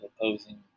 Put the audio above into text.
opposing